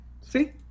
see